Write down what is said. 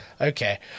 Okay